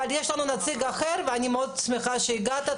אבל יש לנו כאן נציג אחר ואני שמחה מאוד שהגעת,